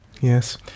Yes